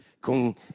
kung